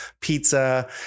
pizza